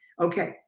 Okay